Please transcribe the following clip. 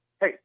hey